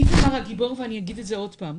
איתמר הגיבור ואני אגיד את זה עוד הפעם,